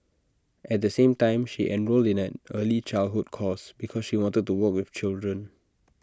at the same time she enrolled in an early childhood course because she wanted to work with children